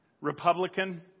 Republican